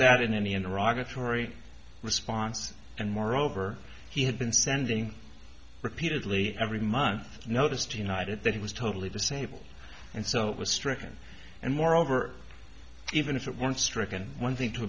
atory response and moreover he had been sending repeatedly every month notice to united that he was totally disabled and so it was stricken and moreover even if it weren't stricken one thing to